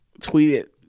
Tweeted